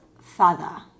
father